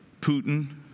Putin